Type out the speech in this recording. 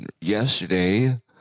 Yesterday